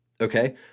okay